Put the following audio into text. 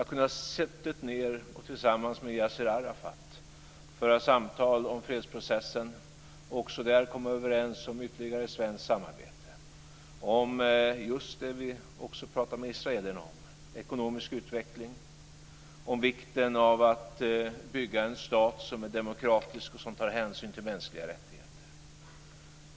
Jag har suttit ned och fört samtal med Yassir Arafat om fredsprocessen. Också där har vi kommit överens om ytterligare svenskt samarbete om just sådant vi talade med israelerna om, dvs. ekonomisk utveckling, om vikten av att bygga en stat som är demokratisk och som tar hänsyn till mänskliga rättigheter.